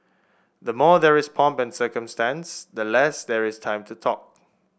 the more there is pomp and circumstance the less there is time to talk